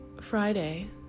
Friday